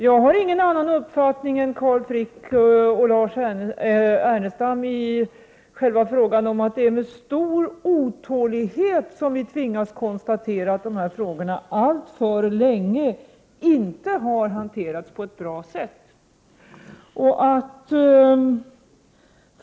Jag har inte någon annan uppfattning än den Carl Frick och Lars Ernestam gav uttryck för, nämligen att det är med stor otålighet som vi tvingas konstatera att dessa frågor alltför länge inte har hanterats på ett bra sätt.